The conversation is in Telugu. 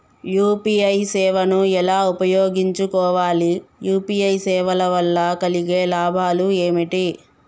యూ.పీ.ఐ సేవను ఎలా ఉపయోగించు కోవాలి? యూ.పీ.ఐ సేవల వల్ల కలిగే లాభాలు ఏమిటి?